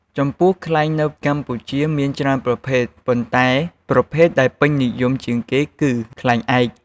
ចំពោះ ខ្លែងនៅកម្ពុជាមានច្រើនប្រភេទ ប៉ុន្តែប្រភេទដែលពេញនិយមជាងគេគឺ ខ្លែងឯក។